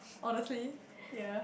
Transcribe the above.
honestly yea